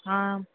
आम्